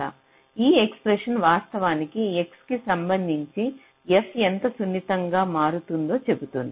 ఈ ఎక్స్ప్రెషన్ వాస్తవానికి x కి సంబంధించి f ఎంత సున్నితం గా మారుతుందో చెబుతుంది